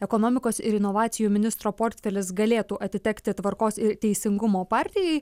ekonomikos ir inovacijų ministro portfelis galėtų atitekti tvarkos ir teisingumo partijai